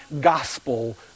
gospel